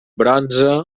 bronze